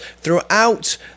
throughout